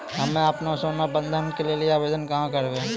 हम्मे आपनौ सोना बंधन के लेली आवेदन कहाँ करवै?